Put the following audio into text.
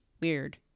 weird